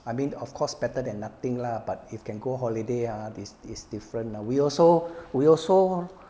I mean of course better than nothing lah but if can go holiday ah is is different lah we also we also